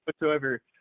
whatsoever